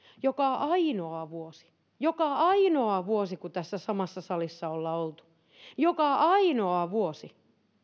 joka ainoa vuosi joka ainoa vuosi kun tässä samassa salissa olemme olleet joka ainoa vuosi